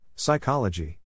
Psychology